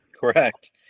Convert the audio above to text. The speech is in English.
Correct